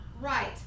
right